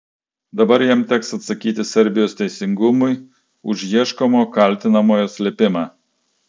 dabar jam teks atsakyti serbijos teisingumui už ieškomo kaltinamojo slėpimą